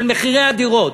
של מחירי הדירות,